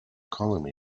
column